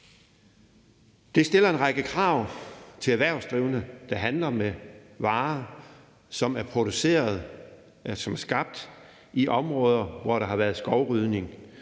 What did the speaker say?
Det stiller en række krav til erhvervsdrivende, der handler med varer, som er produceret og skabt i områder, hvor der har været skovrydning.